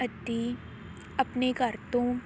ਅਤੇ ਆਪਣੇ ਘਰ ਤੋਂ